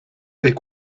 est